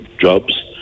jobs